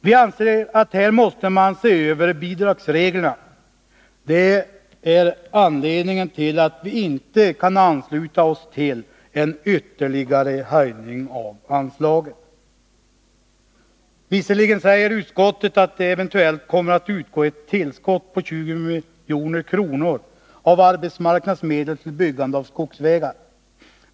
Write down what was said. Vi anser att man måste se över bidragsreglerna; det är anledningen till att vi inte kan ansluta oss till en ytterligare höjning av anslaget. Visserligen säger utskottet att det eventuellt kommer att utgå ett tillskott på 20 milj.kr. av arbetsmarknadsmedel till byggande av skogsvägar.